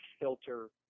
filter